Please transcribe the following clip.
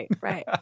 Right